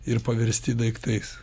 ir paversti daiktais